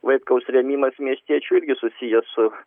vaitkaus rėmimas miestiečių irgi susijęs